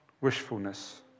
wishfulness